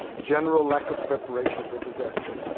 general lack of preparation for disaster.